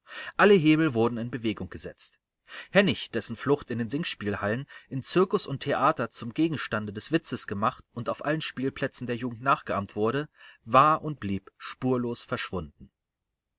alle hebel wurden in bewegung gesetzt hennig dessen flucht in den singspielhallen in zirkus und theater zum gegenstande des witzes gemacht und auf allen spielplätzen der jugend nachgeahmt wurde war und blieb spurlos verschwunden